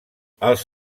els